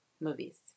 movies